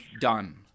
done